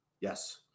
Yes